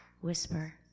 whisper